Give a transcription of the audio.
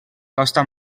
costa